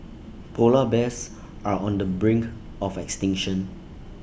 Polar Bears are on the brink of extinction